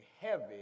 heavy